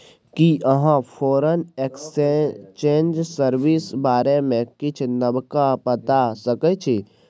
कि अहाँ foreign exchange service बारे मे किछ नबका बता सकै छी